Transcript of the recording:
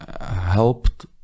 helped